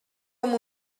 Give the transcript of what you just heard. amb